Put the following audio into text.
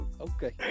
okay